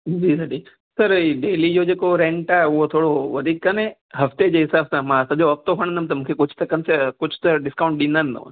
जी sir जी sir हीअ daily जो जेको रेंट आहे उहो थोरो वधीक कोन्हे हफ़्ते जे हिसाब सां मां सॼो हफ़्तो खणदुमि त मूंखे कुझु त कंसे कुझु त डिस्काउंट ॾींदा न